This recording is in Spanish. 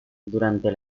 durante